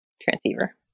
transceiver